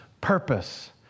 purpose